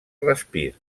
respir